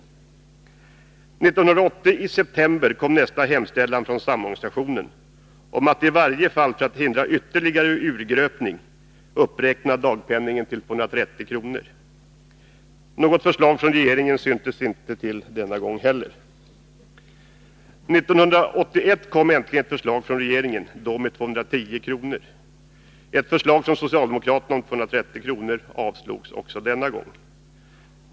1980 i september kom nästa hemställan från samorganisationen om att i varje fall för att förhindra ytterligare urgröpning uppräkna dagpenningen till 230 kr. Något förslag från regeringen syntes inte till denna gång heller. År 1981 kommer äntligen ett förslag från regeringen — och då med 210 kr. Ett förslag från socialdemokraterna om 230 kr. avslogs också denna gång.